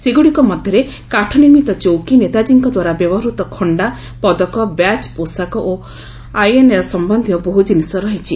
ସେଗୁଡ଼ିକ ମଧ୍ୟରେ କାଠ ନିର୍ମିତ ଚୌକି ନେତାଜୀଙ୍କ ଦ୍ୱାରା ବ୍ୟବହୃତ ଖଣ୍ଡା ପଦକ ବ୍ୟାଚ୍ ପୋଷାକ ଓ ଆଏନ୍ଏ ସମ୍ବନ୍ଧୀୟ ବହୁ ଜିନିଷ ରହିଛି